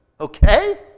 Okay